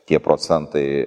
tie procentai